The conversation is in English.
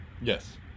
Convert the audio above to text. Yes